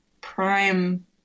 prime